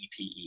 EPE